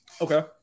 Okay